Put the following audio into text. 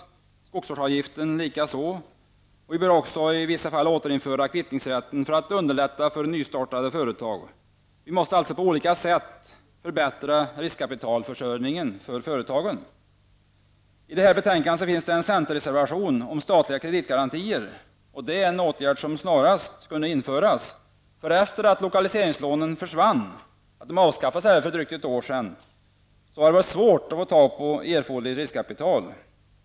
Skogsvårdsavgiften likaså. Vi bör också återinföra kvittningsrätten för att underlätta för nystartade företag. Vi måste alltså på olika sätt förbättra riskkapitalförsörjningen för företagen. I det här betänkandet finns det en centerreservation om statliga kreditgarantier. Det är en åtgärd som snarast kunde införas. Efter lokaliseringslånens avskaffande, för drygt ett år sedan, har det i vissa fall varit svårt att få erforderligt riskkapital.